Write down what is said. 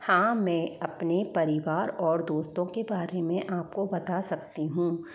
हाँ मैं अपने परिवार और दोस्तों के बारे में आपको बता सकती हूँ